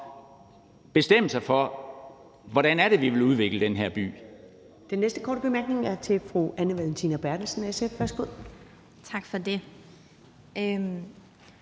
bestemme sig for, hvordan vi vil udvikle den her by.